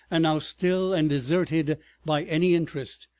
and now still and deserted by any interest,